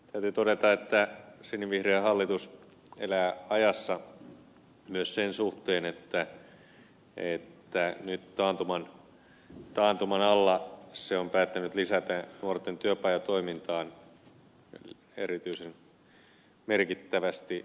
täytyy todeta että sinivihreä hallitus elää ajassa myös sen suhteen että nyt taantuman alla se on päättänyt lisätä nuorten työpajatoimintaan erityisen merkittävästi resurssia